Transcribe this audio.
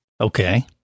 Okay